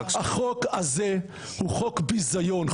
החוק הזה הוא חוק ביזיון,